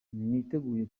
niteguye